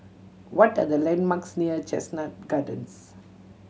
what are the landmarks near Chestnut Gardens